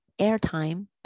airtime